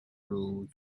rose